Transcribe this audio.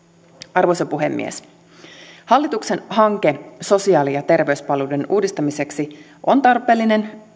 arvoisa puhemies hallituksen hanke sosiaali ja terveyspalveluiden uudistamiseksi on tarpeellinen